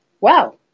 Wow